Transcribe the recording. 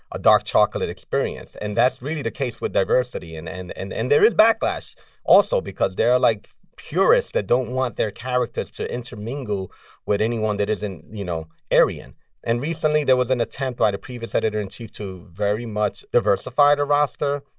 a dark chocolate experience. and that's really the case with diversity. and and and and there is backlash also because there are, like, purists that don't want their characters to intermingle with anyone that isn't, you know, aryan and recently, there was an attempt by the previous editor-in-chief to very much diversify the roster.